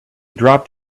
dropped